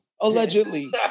Allegedly